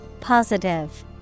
Positive